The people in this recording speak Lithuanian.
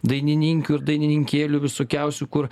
dainininkių ir dainininkėlių visokiausių kur